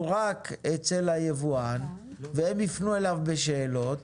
רק אצל היבואן והם יפנו אליו בשאלות,